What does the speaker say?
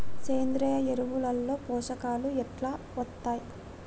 సేంద్రీయ ఎరువుల లో పోషకాలు ఎట్లా వత్తయ్?